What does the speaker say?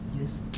Yes